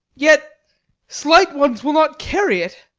yet slight ones will not carry it.